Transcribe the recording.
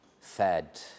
fed